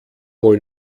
wohl